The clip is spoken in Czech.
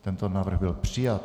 Tento návrh byl přijat.